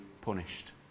punished